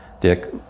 Dick